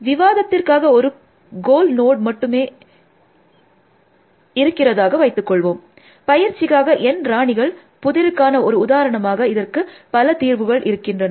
விவாதத்திற்காக ஒரு goal node மட்டுமே இருக்கிறதாக வைத்து கொள்வோம் பயிற்சிக்காக N ராணிகள் புதிருக்கான ஒரு உதாரணமாக இதற்கு பல தீர்வுகள் இருக்கின்றன